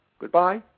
Goodbye